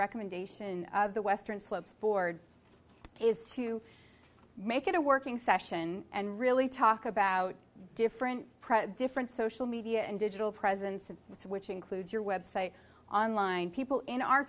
recommendation of the western slopes board is to make it a working session and really talk about different press different social media and digital presence and which includes your website online people in our